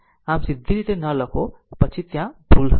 આમ સીધી r ન લખો પછી ત્યાં ભૂલ હશે